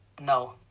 No